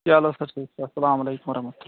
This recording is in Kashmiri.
چَلو سَر ٹھیٖک اَسلامُ علیکُم وَرَحمَتُ للہ